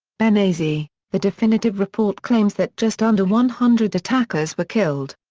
benghazi the definitive report claims that just under one hundred attackers were killed.